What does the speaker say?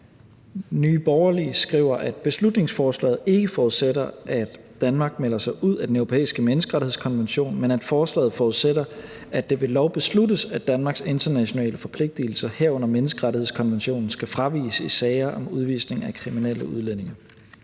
Nye Borgerlige skriver, at beslutningsforslaget ikke forudsætter, at Danmark melder sig ud af Den Europæiske Menneskerettighedskonvention, men at forslaget forudsætter, at det ved lov besluttes, at Danmarks internationale forpligtigelser, herunder menneskerettighedskonventionen, skal fraviges i sager om udvisning af kriminelle udlændinge.